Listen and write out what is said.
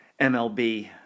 MLB